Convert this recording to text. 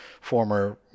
former